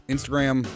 Instagram